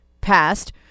passed